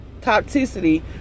toxicity